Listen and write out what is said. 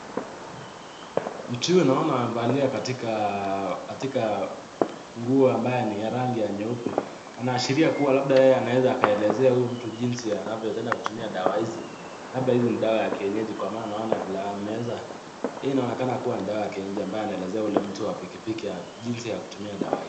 Mtu huyu naona amevalia katika nguo ambayo ni ya rangi ya nyeupe, anaashiria kuwa labda anaeza akaelezea huyu mtu jinsi anaweza enda kutumia dawa hizi, labda hizi ni dawa ya kienyeji kwa maana naona vile ameweza, hii inaonekana ni dawa ya kienyeji ambayo anaeleze ule mtu wa pikipiki jinsi ya kutumia dawa hii.